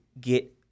get